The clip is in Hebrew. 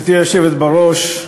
גברתי היושבת בראש,